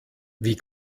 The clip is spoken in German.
wie